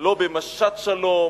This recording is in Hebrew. לא במשט שלום